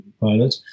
pilot